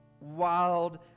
Wild